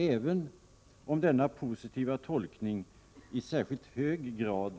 Även om denna positiva tolkning i särskilt hög grad